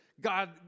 God